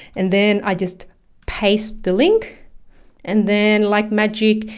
and then i just paste the link and then like magic,